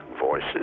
Voices